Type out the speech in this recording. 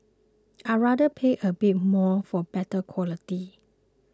I rather pay a bit more for better quality